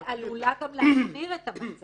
יתרה מזאת, היא עלולה גם להחמיר את המצב